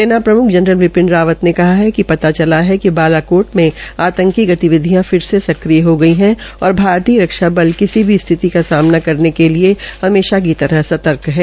सेना प्रमुख जनरल बिपिन रावत ने कहा है कि पता चला है कि बालाकोट में आंतकी गतिविधियॉ फिर से सक्रिय हो गई है और भारतीय रक्षा बल को किसी भी स्थिति का सामना करने के लिए हमेशा की तरह सर्तक है